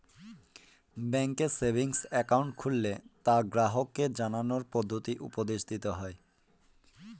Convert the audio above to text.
ব্যাঙ্কে savings account খুললে তা গ্রাহককে জানানোর পদ্ধতি উপদেশ দিতে হয়